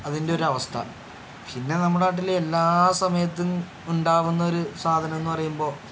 അതിൻ്റെ ഒരു അവസ്ഥ പിന്നെ നമ്മുടെ നാട്ടിൽ എല്ലാ സമയത്തും ഉണ്ടാകുന്ന ഒരു സാധനം എന്ന് പറയുമ്പോൾ